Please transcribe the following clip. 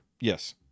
Yes